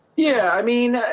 yeah, i mean,